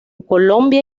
colombia